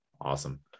Awesome